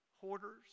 Hoarders